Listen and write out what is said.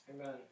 Amen